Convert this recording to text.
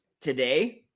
today